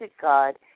God